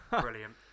Brilliant